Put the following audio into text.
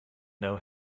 know